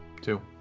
Two